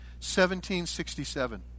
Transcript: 1767